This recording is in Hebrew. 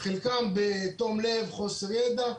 חלקם בתום לב, חוסר ידע.